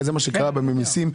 זה מה שקרה בממיסים.